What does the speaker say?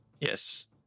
Yes